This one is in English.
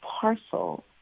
parcel